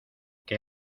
que